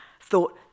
thought